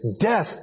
death